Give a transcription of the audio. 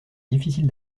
difficile